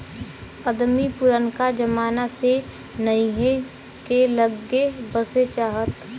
अदमी पुरनका जमाना से नहीए के लग्गे बसे चाहत